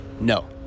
No